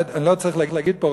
אני לא צריך להגיד פה,